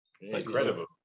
Incredible